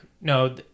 no